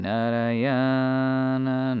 Narayana